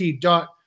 dot